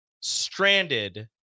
stranded